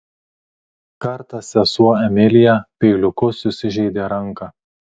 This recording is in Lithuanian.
kartą sesuo emilija peiliuku susižeidė ranką